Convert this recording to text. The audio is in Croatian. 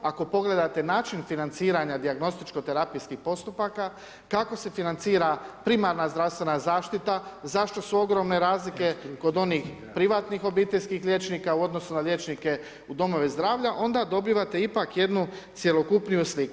Ako pogledate način financiranja dijagnostičkih terapijskih postupaka, kako se financira primarna zdravstvena zaštita, zašto su ogromne razlike kod onih privatnih obiteljskih liječnika, u odnosu na liječnike u domove zdravlja, onda dobivate ipak jednu cjelokupnu sliku.